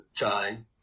time